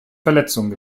verletzungen